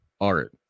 art